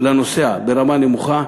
לנוסע ברמה נמוכה,